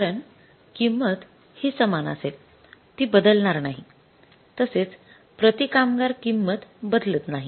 कारण किंमत हि समान असेल ती बदलणार नाही तसेच प्रति कामगार किंमत बदलत नाही